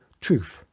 truth